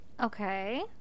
okay